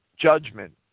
judgment